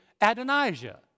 Adonijah